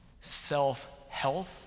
self-health